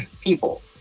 People